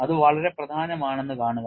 അത് വളരെ പ്രധാനമാണെന്ന് കാണുക